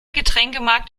getränkemarkt